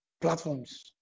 platforms